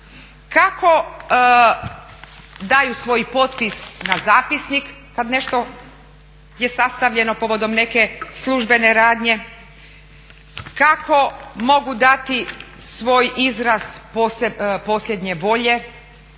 kako daju svoj potpis na zapisnik kad nešto je sastavljano povodom neke službene radnje, kako mogu dati svoj izraz posljednje volje